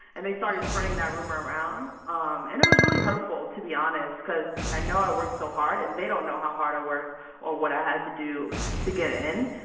and they started spreading that rumor around. um and it was really hurtful to be honest because i know i worked so hard. and they don't know how hard i worked or what i had to do to get in.